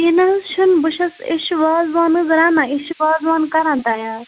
یہِ نا حظ چھُنہٕ بہٕ چھَس أسۍ چھِ وازوان حظ رَنان أسۍ چھِ وازوان کَران تَیار